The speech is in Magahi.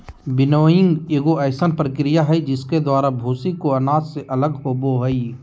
विनोइंग एगो अइसन प्रक्रिया हइ जिसके द्वारा भूसी को अनाज से अलग होबो हइ